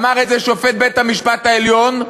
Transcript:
אמר את זה שופט בית-המשפט העליון,